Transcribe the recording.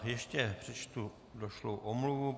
Ještě přečtu došlou omluvu.